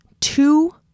two